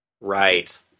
Right